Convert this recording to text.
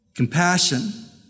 Compassion